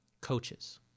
coaches